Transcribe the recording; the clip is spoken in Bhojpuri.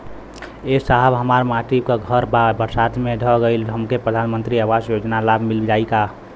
ए साहब हमार माटी क घर ए बरसात मे ढह गईल हमके प्रधानमंत्री आवास योजना क लाभ मिल जाई का?